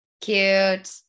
Cute